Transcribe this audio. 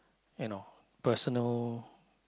you know personal